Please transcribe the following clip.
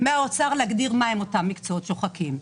- להגדיר מה הם אותם מקצועות שוחקים.